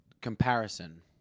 comparison